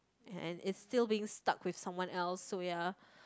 and and it's still being stuck with someone else so ya